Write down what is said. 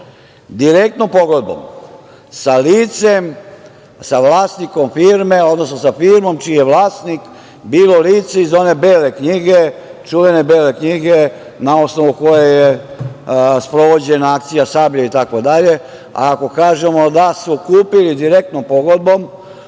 direktno pogodbom, sa vlasnikom firme, odnosno sa firmom čiji je vlasnik bilo lice iz one „Bele knjige“, čuvene „Bele knjige“ na osnovu koje je sprovođena akcija Sablja itd. Ako kažemo da su kupili direktnom pogodbom,